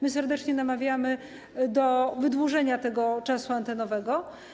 My serdecznie namawiamy do wydłużenia tego czasu antenowego.